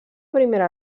primera